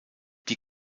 die